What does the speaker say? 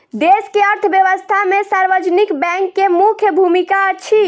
देश के अर्थव्यवस्था में सार्वजनिक बैंक के मुख्य भूमिका अछि